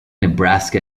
nebraska